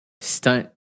stunt